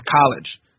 college